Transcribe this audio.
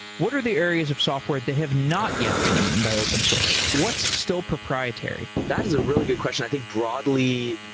what are the areas of software that have not yet been eaten by open source? what's still proprietary? that is a really good question. i think, broadly,